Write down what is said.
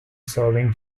serving